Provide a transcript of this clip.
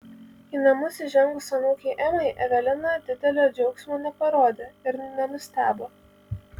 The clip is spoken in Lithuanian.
į namus įžengus anūkei emai evelina didelio džiaugsmo neparodė ir nenustebo